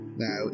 Now